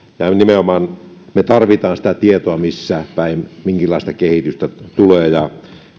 me nimenomaan tarvitsemme sitä tietoa missä päin minkäkinlaista kehitystä tulee ja